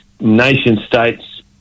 nation-states